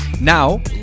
Now